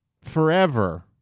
Forever